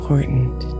Important